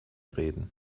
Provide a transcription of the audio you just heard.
reden